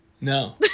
No